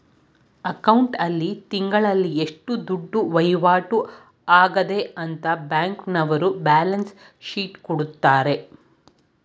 account ಆಲ್ಲಿ ತಿಂಗಳಲ್ಲಿ ಎಷ್ಟು ದುಡ್ಡು ವೈವಾಟು ಆಗದೆ ಅಂತ ಬ್ಯಾಂಕ್ನವರ್ರು ಬ್ಯಾಲನ್ಸ್ ಶೀಟ್ ಕೊಡ್ತಾರೆ